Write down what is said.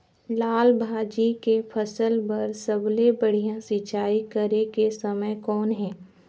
लाल भाजी के फसल बर सबले बढ़िया सिंचाई करे के समय कौन हे?